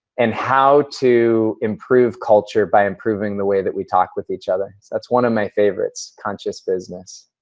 and how to improve culture by improving the way that we talk with each other. that's one of my favorites conscious business.